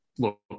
Look